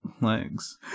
legs